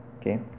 okay